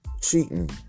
cheating